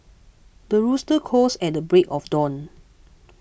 the rooster crows at the break of dawn